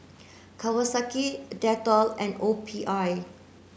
Kawasaki Dettol and O P I